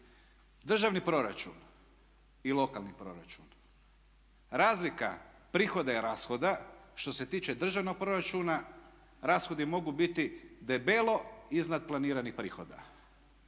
državni proračun i lokalni proračun, razlika prihoda i rashoda što se tiče državnog proračuna rashodi mogu biti debelo iznad planiranih prihoda.